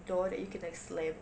door that you can like slam